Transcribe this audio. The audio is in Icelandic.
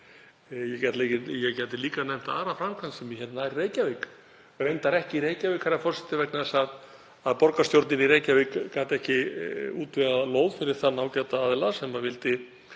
Ég gæti líka nefnt aðra framkvæmd sem er nær Reykjavík, reyndar ekki í Reykjavík, herra forseti, vegna þess að borgarstjórnin í Reykjavík gat ekki útvegað lóð fyrir þann ágæta aðila sem vildi